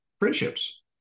friendships